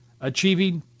Achieving